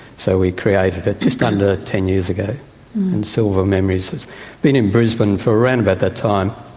so we created it just under ten years ago, and silver memories has been in brisbane for around about that time.